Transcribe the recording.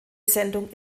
sendung